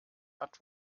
hat